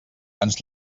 ens